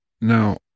Now